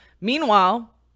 Meanwhile